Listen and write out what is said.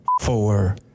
four